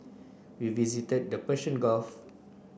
we visited the Persian Gulf